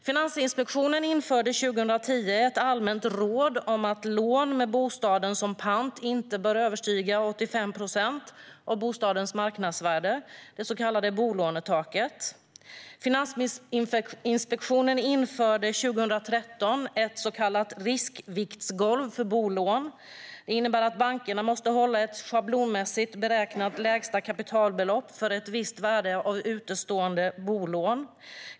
Finansinspektionen införde 2010 ett allmänt råd om att ett lån med bostaden som pant inte bör överstiga 85 procent av bostadens marknadsvärde, det så kallade bolånetaket. Finansinspektionen införde också 2013 ett riskviktsgolv för bolån, vilket innebär att bankerna måste hålla ett schablonmässigt beräknat lägsta kapitalbelopp för ett visst värde av utestående bolån.